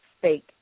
fake